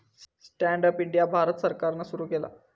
stand up India Bharat सरकारान सुरू केला